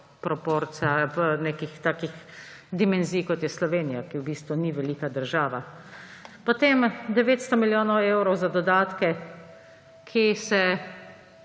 državo nekih takih dimenzij, kot je Slovenija, ki v bistvu ni velika država. Potem 900 milijonov evrov za dodatke, ki se